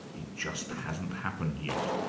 it just hasn't happened yet.